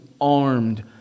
armed